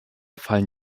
fallen